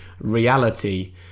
reality